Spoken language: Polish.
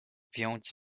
więc